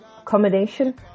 accommodation